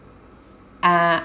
ah